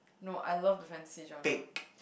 no I love the fantasy genre